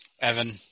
Evan